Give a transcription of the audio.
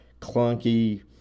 clunky